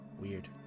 Weird